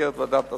במסגרת ועדת הסל.